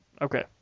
Okay